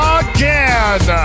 again